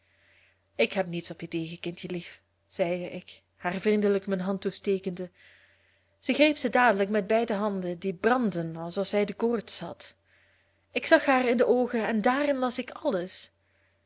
ik heb niets op je tegen kindjelief zeide ik haar vriendelijk mijn hand toestekende zij greep ze dadelijk met beide handen die brandden alsof zij de koorts had ik zag haar in de oogen en daarin las ik alles